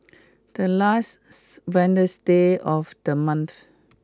the last Wednesday of the month